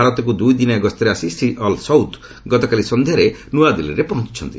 ଭାରତକୁ ଦୁଇ ଦିନିଆ ଗସ୍ତରେ ଆସି ଶ୍ରୀ ଅଲସୌଦ୍ ଗତକାଲି ସନ୍ଧ୍ୟାରେ ନୂଆଦିଲ୍ଲୀରେ ପହଞ୍ଚିଛନ୍ତି